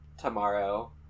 Tomorrow